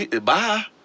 bye